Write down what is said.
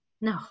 no